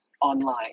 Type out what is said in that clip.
online